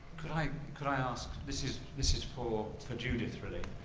could i could i ask this is this is for for judith really.